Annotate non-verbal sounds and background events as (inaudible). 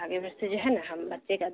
آگے (unintelligible) جو ہے نا ہم بچے کا